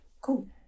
Cool